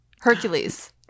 Hercules